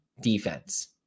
defense